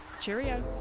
cheerio